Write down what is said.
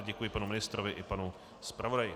Děkuji panu ministrovi i panu zpravodaji.